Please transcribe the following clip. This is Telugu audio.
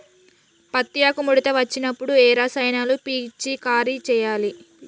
పత్తి ఆకు ముడత వచ్చినప్పుడు ఏ రసాయనాలు పిచికారీ చేయాలి?